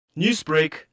Newsbreak